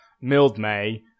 Mildmay